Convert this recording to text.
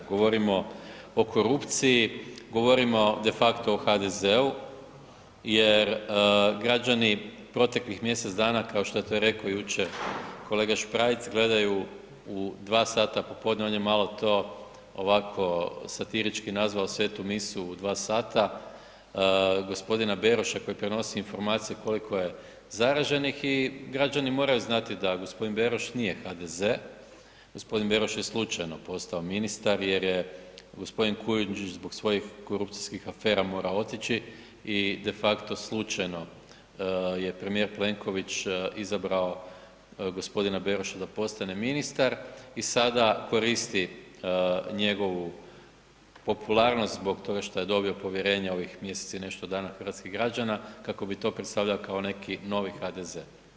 Govorimo o korupciji, govorimo de facto o HDZ-u jer građani proteklih mjesec dana, kao što je to rekao jučer kolega Šprajc, gledaju u 2 sata popodne, on je malo to ovako satirički nazvao, svetu misu u 2 sata, g. Beroša koji prenosi informacije koliko je zaraženih i građani moraju znati da g. Beroš nije HDZ, g. Beroš je slučajno postao ministar jer je g. Kujundžić zbog svojih korupcijskih afera morao otići i de facto slučajno je premijer Plenković izabrao g. Beroša da postane ministar i sada koristi njegovu popularnost zbog toga što je dobio povjerenje ovih mjesec i nešto dana hrvatskih građana kako bi to predstavio kao neki novi HDZ.